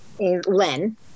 Len